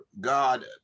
God